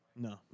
No